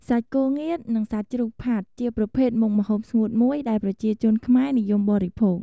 សាច់គោងៀតនិងសាច់ជ្រូកផាត់ ជាប្រភេទមុខម្ហូបស្ងួតមួយដែលប្រជាជនខ្មែរនិយមបរិភោគ។